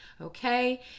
okay